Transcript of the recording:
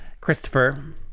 Christopher